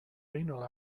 renal